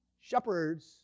Shepherds